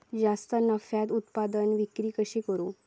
जास्त नफ्याक उत्पादन विक्री कशी करू?